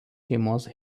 šeimos